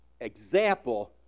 example